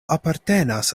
apartenas